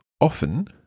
often